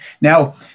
now